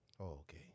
Okay